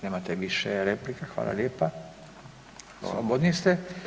Nemate više replika, hvala lijepa, slobodni ste.